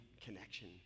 connection